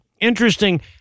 interesting